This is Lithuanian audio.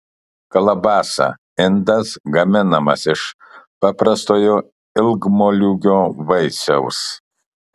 kalabasa indas gaminamas iš paprastojo ilgmoliūgio vaisiaus